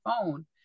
phone